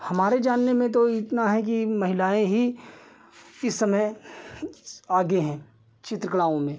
हमारे जानने में तो इतना है कि महिलाएँ ही इस समय आगे हैं चित्रकलाओं में